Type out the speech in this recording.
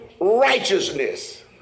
righteousness